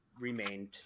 remained